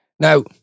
Now